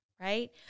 right